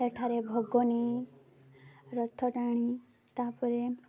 ସେଠାରେ ଭୋଗନେଇ ରଥ ଟାଣି ତା'ପରେ